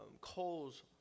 coals